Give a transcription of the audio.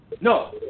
No